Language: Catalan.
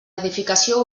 edificació